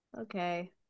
Okay